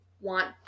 want